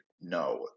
No